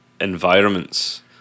environments